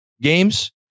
games